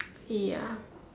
ya